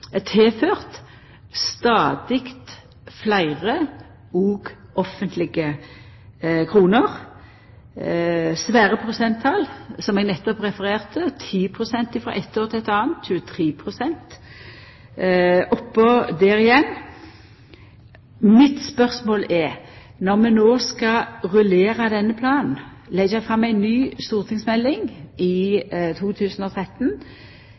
tilført stadig fleire òg offentlege kronar – svære prosenttal som eg nettopp refererte: 10 pst. frå eit år til eit anna, 23 pst. oppå der igjen. Mitt spørsmål er: Når vi no skal rullera denne planen, leggja fram ei ny stortingsmelding i 2013,